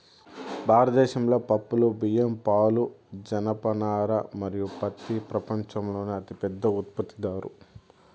భారతదేశం పప్పులు, బియ్యం, పాలు, జనపనార మరియు పత్తి ప్రపంచంలోనే అతిపెద్ద ఉత్పత్తిదారు